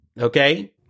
okay